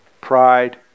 pride